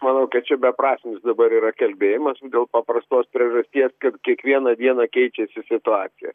manau kad čia beprasmis dabar yra kalbėjimas dėl paprastos priežasties kad kiekvieną dieną keičiasi situacija